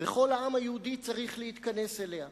וכל העם היהודי צריך להתכנס אליה.